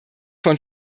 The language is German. von